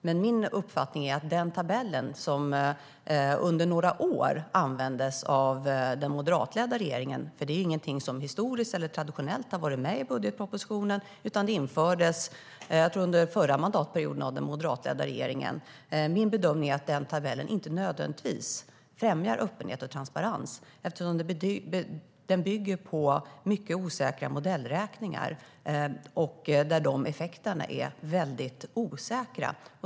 Men min uppfattning är att den tabell som användes under några år av den moderatledda regeringen - det är inget som historiskt eller traditionellt har varit med i budgetpropositionen, utan det infördes under förra mandatperioden, tror jag, av den moderatledda regeringen - inte nödvändigtvis främjar öppenhet och transparens, eftersom den bygger på mycket osäkra modellräkningar där effekterna är väldigt osäkra.